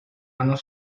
arnold